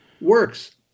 works